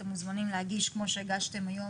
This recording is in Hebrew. אתם מוזמנים להגיש כמו שהגשתם היום,